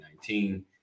2019